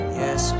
yes